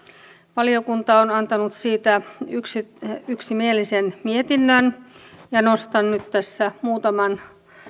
valiokunta on antanut yksimielisen mietinnön ja nostan nyt tässä muutaman